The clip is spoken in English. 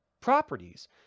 properties